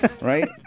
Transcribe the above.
right